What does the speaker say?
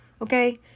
Okay